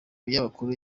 munyamakuru